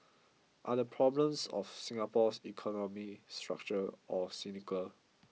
are the problems of Singapore's economy structural or cyclical